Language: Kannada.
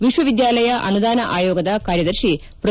ವಿಶ್ವವಿದ್ಯಾಲಯ ಅನುದಾನ ಆಯೋಗದ ಕಾರ್ಯದರ್ಶಿ ಪ್ರೋ